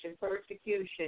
persecution